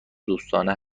دوستانه